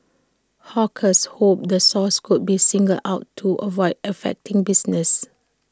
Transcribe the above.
hawkers hoped the source could be singled out to avoid affecting business